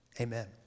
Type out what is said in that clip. Amen